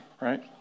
right